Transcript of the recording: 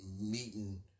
meeting